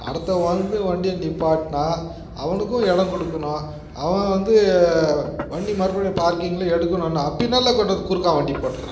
அடுத்தவன் வந்து வண்டியை நிப்பாட்டினா அவனுக்கும் இடம் கொடுக்கணும் அவன் வந்து வண்டி மறுபடியும் பார்க்கிங்கில் எடுக்கணுன்னால் பின்னால் கொண்டு வந்து குறுக்காக வண்டி போட்டுடுறான்